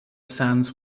sands